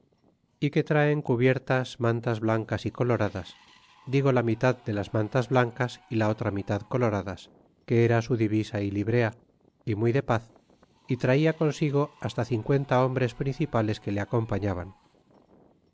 y que traen cubiertas mantas blancas y coloradas digo la mitad de las mantas blancas y la otra mitad coloradas que era su divisa y librea y muy de paz y traia consigo hasta cincuenta hombres princir pales que le acompailaban